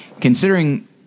considering